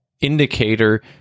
indicator